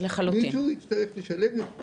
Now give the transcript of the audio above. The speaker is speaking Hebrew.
כי מישהו יצטרך לשלם את זה